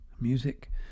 Music